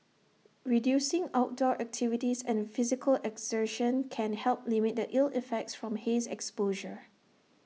reducing outdoor activities and physical exertion can help limit the ill effects from haze exposure